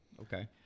Okay